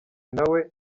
nawe